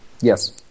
Yes